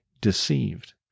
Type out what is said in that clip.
deceived